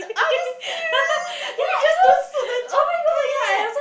are you serious then you just don't suit the childcare